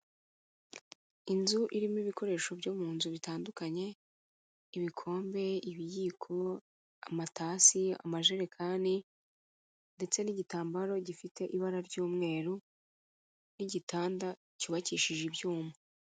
Inzu irimo ibikoresho byo mu nzu bitandukanye, ibikombe, ibiyiko, amatasi, amajerekani ndetse n'igitambaro gifite ibara ry'umweru n'igitanda cyubakishije ibyuma.